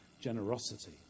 generosity